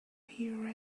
here